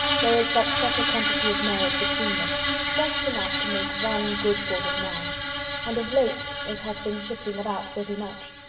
there is but such a quantity of merit between them just enough to make one good sort of man and of late it has been shifting about pretty much.